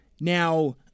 Now